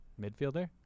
midfielder